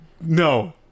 No